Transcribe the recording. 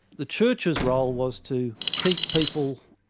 the church's role was to keep people,